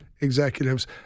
executives